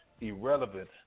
irrelevant